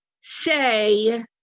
say